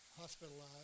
hospitalized